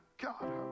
God